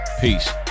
Peace